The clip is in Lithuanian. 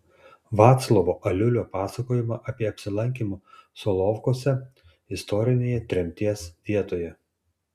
vaclovo aliulio pasakojimą apie apsilankymą solovkuose istorinėje tremties vietoje